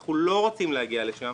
אנחנו לא רוצים להגיע לשם,